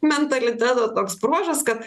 mentaliteto toks bruožas kad